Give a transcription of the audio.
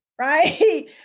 right